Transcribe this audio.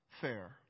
fair